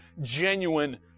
genuine